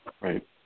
Right